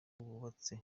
wubatse